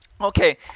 Okay